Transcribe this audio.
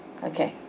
okay